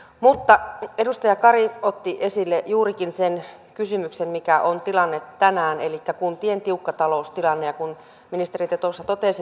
mutta edustaja kari otti esille juurikin sen kysymyksen yksityisteillä on suuri merkitys muun muassa metsänhoidolle sekä metsä ja biotalouden toimintaedellytyksistä huolehtimiselle